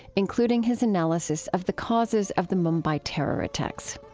including his analysis of the causes of the mumbai terror attacks.